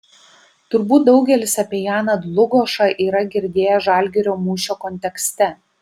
turbūt daugelis apie janą dlugošą yra girdėję žalgirio mūšio kontekste